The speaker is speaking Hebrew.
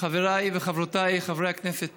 חבריי וחברותיי חברי הכנסת